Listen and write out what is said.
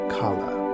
color